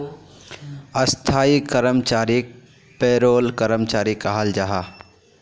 स्थाई कर्मचारीक पेरोल कर्मचारी कहाल जाहा